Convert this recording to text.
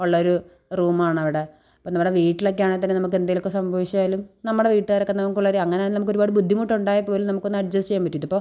ഉള്ളൊരു റൂമാണവിടെ അപ്പം നമ്മുടെ വീട്ടിലൊക്കെ ആണേ തന്നെ നമുക്കെന്തേലൊക്കെ സംഭവിച്ചാലും നമ്മുടെ വീട്ടുകാരൊക്കെ നമുക്കുള്ളത് അങ്ങനെ നമുക്കൊരുപാട് ബുദ്ധിമുട്ടുണ്ടായാൽ പോലും നമുക്കൊന്ന് അഡ്ജസ്റ് ചെയ്യാൻ പറ്റും ഇതിപ്പോൾ